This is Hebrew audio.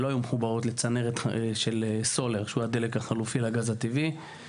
שלא היו מחוברות לצנרת של סולר שהוא הדלק החלופי לגז הטבעי,